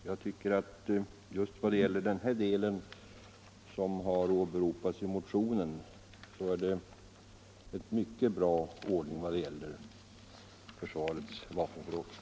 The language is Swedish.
Jag tycker att just vad gäller den del som har åberopats i motionen är det mycket god ordning inom försvarets vapenförråd.